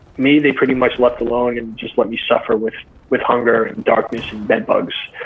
me they pretty much left alone, and just let me suffer with with hunger and darkness and bedbugs.